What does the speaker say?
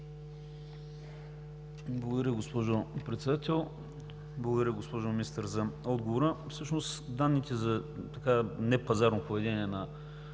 Благодаря, госпожо Председател. Благодаря, госпожо Министър, за отговора. Всъщност данните за непазарно поведение на